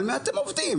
על מי אתם עובדים?